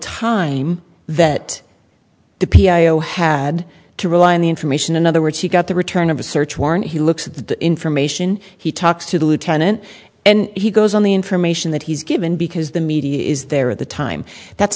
time that dippy io had to rely on the information in other words he got the return of a search warrant he looks at the information he talks to the lieutenant and he goes on the information that he's given because the media is there at the time that's